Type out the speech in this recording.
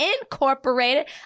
Incorporated